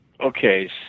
Okay